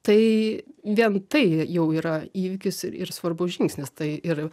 tai vien tai jau yra įvykis ir svarbus žingsnis tai ir